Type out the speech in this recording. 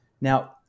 Now